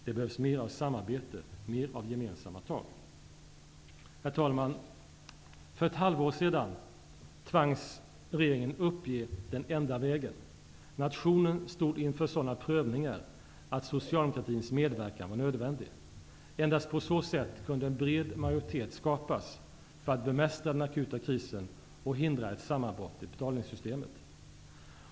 Det behövs mer av samarbete, mer av gemensamma tag. Herr talman! För ett halvår sedan tvingades regeringen att ge upp den enda vägen. Nationen stod inför sådana prövningar att socialdemokratins medverkan var nödvändig. Endast på så sätt kunde en bred majoritet skapas för att bemästra den akuta krisen och förhindra ett sammanbrott i betalningssystemet.